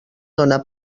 dóna